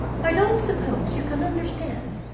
i don't suppose you can understand,